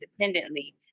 independently